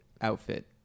outfit